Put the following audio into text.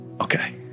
Okay